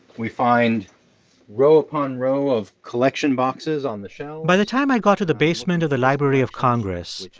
we find row upon row of collection boxes on the shelves by the time i got to the basement of the library of congress,